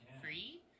free